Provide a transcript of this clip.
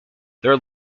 their